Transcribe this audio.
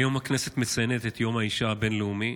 היום הכנסת מציינת את יום האישה הבין-לאומי,